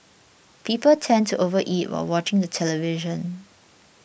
people tend to overeat while watching the television